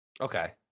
Okay